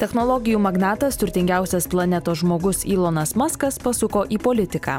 technologijų magnatas turtingiausias planetos žmogus ylonas maskas pasuko į politiką